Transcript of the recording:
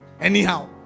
Anyhow